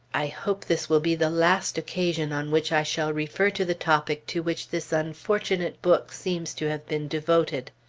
i hope this will be the last occasion on which i shall refer to the topic to which this unfortunate book seems to have been devoted.